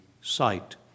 sight